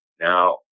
Now